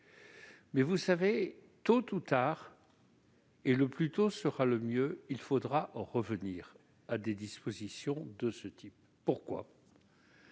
Or, vous le savez, tôt ou tard, et le plus tôt sera le mieux, il faudra revenir à des dispositions de ce type. Pourquoi ?